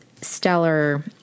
stellar